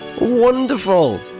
Wonderful